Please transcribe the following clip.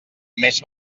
més